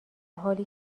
حالی